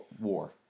WAR